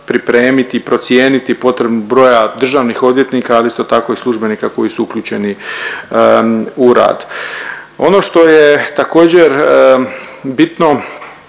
pripremiti, procijeniti potrebu broja državnih odvjetnika ali isto tako i službenika koji su uključeni u rad. Ono što je također bitno,